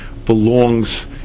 belongs